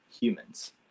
humans